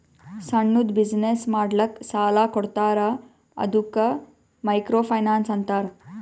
ಸಣ್ಣುದ್ ಬಿಸಿನ್ನೆಸ್ ಮಾಡ್ಲಕ್ ಸಾಲಾ ಕೊಡ್ತಾರ ಅದ್ದುಕ ಮೈಕ್ರೋ ಫೈನಾನ್ಸ್ ಅಂತಾರ